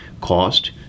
cost